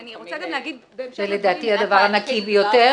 זה לדעתי הדבר הנקי ביותר,